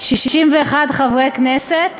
61 חברי כנסת